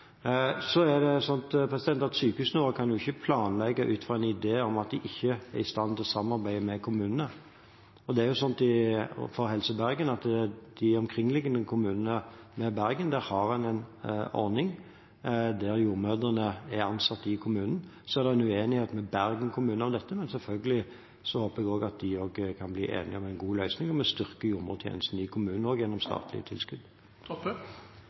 Sykehusene kan ikke planlegge ut fra en idé om at de ikke er i stand til å samarbeide med kommunene. Når det gjelder Helse Bergen, har de omkringliggende kommunene en ordning der jordmødrene er ansatt i kommunen. Så er det en uenighet med Bergen kommune om dette, men selvfølgelig håper jeg at de kan bli enige om en god løsning. Vi styrker også jordmortjenestene i kommunen gjennom statlige tilskudd.